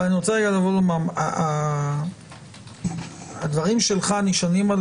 אני רוצה לומר שהדברים שלך נשענים על